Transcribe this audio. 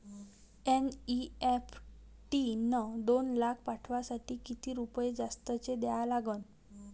NEFT न दोन लाख पाठवासाठी किती रुपये जास्तचे द्या लागन?